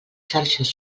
xarxes